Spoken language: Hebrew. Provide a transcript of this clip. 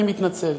אני מתנצל.